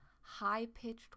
high-pitched